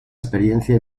experiencia